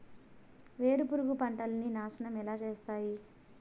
వేరుపురుగు పంటలని నాశనం ఎలా చేస్తాయి?